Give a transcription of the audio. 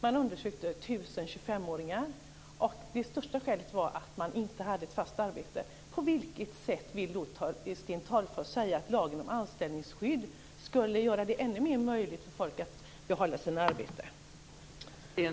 Man har undersökt 1 000 25 åringar, och det största skälet var att de inte hade ett fast arbete. På vilket sätt vill Sten Tolgfors säga att lagen om anställningsskydd skulle öka möjligheten för folk att behålla sina arbeten?